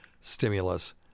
stimulus